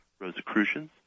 Rosicrucians